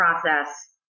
process